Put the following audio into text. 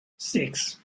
six